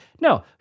No